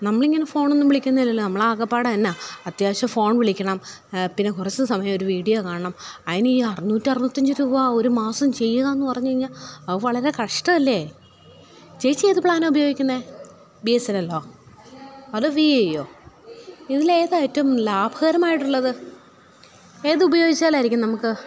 നമ്മൾ ഇങ്ങനെ ഫോൺ ഒന്നും വിളിക്കുന്നില്ലല്ലോ നമ്മൾ ആകെപ്പാടെ എന്താ അത്യാവശ്യം ഫോണ് വിളിക്കണം പിന്നെ കുറച്ച് സമയം ഒരു വീഡിയോ കാണണം അതിന് ഈ അറുന്നൂറ്റി അറുപത്തഞ്ചു രൂപ ഒരു മാസം ചെയ്യുക എന്ന് പറഞ്ഞുകഴിഞ്ഞാൽ അത് വളരെ കഷ്ടം അല്ലേ ചേച്ചി ഏത് പ്ലാനാ ഉപയോഗിക്കുന്നത് ബീ എസ് എൻ എല്ലോ അതോ വീ ഐ യോ ഇതിൽ ഏതാ ഏറ്റവും ലാഭകരമായിട്ടുള്ളത് ഏത് ഉപയോഗിച്ചാൽ ആയിരിക്കും നമുക്ക്